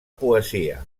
poesia